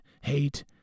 hate